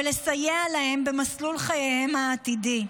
ולסייע להם במסלול חייהם העתידי.